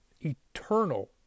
eternal